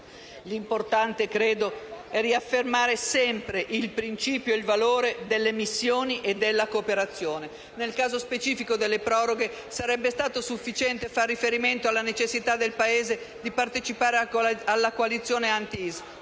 L'importante - credo - è riaffermare sempre il principio e il valore delle missioni e della cooperazione. Nel caso specifico delle proroghe, sarebbe stato sufficiente far riferimento alla necessità del Paese di partecipare alla coalizione anti-IS,